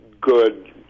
good